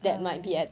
uh